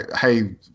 hey